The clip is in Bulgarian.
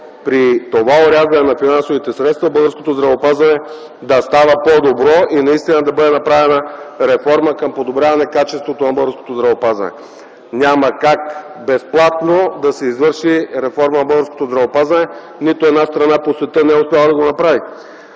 при това орязване на финансовите средства българското здравеопазване да става по-добро и наистина да бъде направена реформа за подобряване качеството на българското здравеопазване. Няма как безплатно да се извърши реформа в българското здравеопазване. Нито една страна по света не е успяла да го направи.